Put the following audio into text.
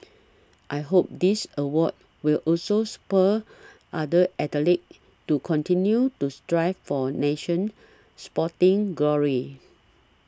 I hope this award will also spur other athletes to continue to strive for nation sporting glory